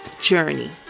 journey